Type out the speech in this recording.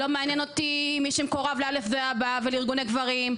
לא מעניין אותי מי שמקורב לא' זה לאבא ולארגוני גברים,